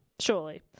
Surely